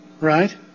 right